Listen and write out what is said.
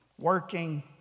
Working